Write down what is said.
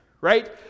right